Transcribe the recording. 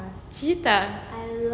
cheetahs